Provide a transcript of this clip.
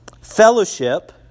fellowship